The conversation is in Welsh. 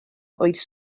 oedd